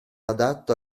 adatto